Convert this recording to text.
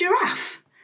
giraffe